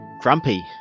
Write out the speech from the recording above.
grumpy